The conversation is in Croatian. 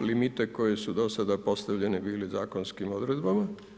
limite koji su do sada postavljeni bili zakonskim odredbama.